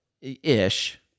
ish